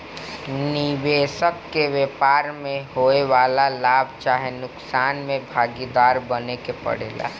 निबेसक के व्यापार में होए वाला लाभ चाहे नुकसान में भागीदार बने के परेला